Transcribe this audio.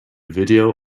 video